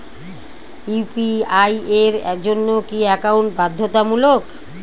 UPI এর জন্য কি একাউন্ট বাধ্যতামূলক?